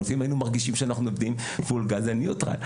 לפעמים היינו מרגישים שאנחנו עובדים בפול גז על ניוטרל.